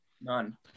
None